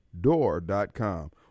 door.com